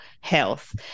health